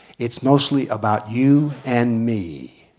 it's mostly about you and me.